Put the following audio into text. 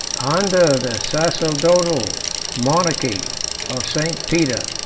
under the sacerdotal monarchy of st. peter,